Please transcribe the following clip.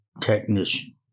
technician